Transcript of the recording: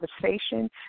conversation